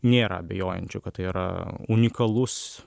nėra abejojančių kad tai yra unikalus